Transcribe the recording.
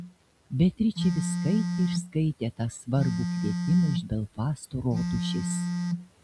beatričė vis skaitė ir skaitė tą svarbų kvietimą iš belfasto rotušės